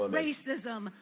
racism